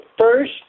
first